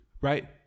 Right